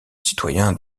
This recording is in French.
citoyen